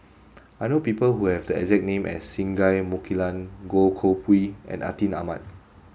I know people who have the exact name as Singai Mukilan Goh Koh Pui and Atin Amat